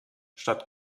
statt